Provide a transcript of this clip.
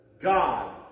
God